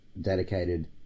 dedicated